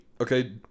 Okay